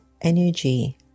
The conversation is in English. energy